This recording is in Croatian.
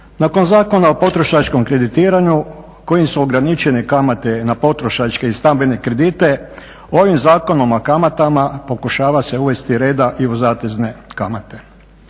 Nakon Zakona o potrošačkom kreditiranju kojim su ograničene kamate na potrošačke i stambene kredite ovim Zakonom o kamatama pokušava se uvesti reda i u zatezne kamate.